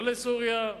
לא לסוריה,